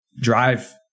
drive